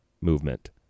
movement